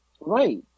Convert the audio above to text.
Right